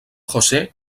josé